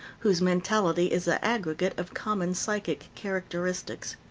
whose mentality is the aggregate of common psychic characteristics.